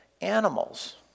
animals